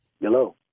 hello